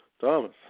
Thomas